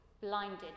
blinded